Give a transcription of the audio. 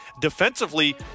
defensively